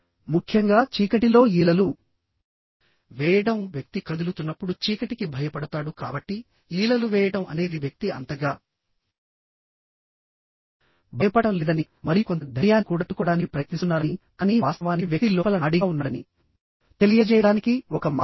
ముఖ్యంగా చీకటిలో ఈలలు వేయడం వ్యక్తి కదులుతున్నప్పుడు చీకటికి భయపడతాడు కాబట్టి ఈలలు వేయడం అనేది వ్యక్తి అంతగా భయపడటం లేదని మరియు కొంత ధైర్యాన్ని కూడగట్టుకోవడానికి ప్రయత్నిస్తున్నారని కానీ వాస్తవానికి వ్యక్తి లోపల నాడీగా ఉన్నాడని తెలియజేయడానికి ఒక మార్గం